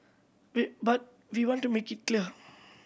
we but we want to make it clear